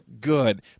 good